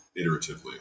iteratively